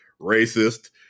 racist